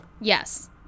Yes